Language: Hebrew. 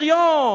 בריון,